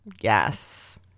Yes